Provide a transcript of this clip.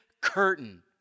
curtain